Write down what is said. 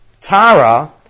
Tara